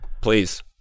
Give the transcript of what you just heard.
please